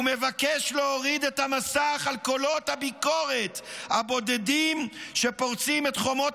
הוא מבקש להוריד את המסך על קולות הביקורת הבודדים שפורצים את חומות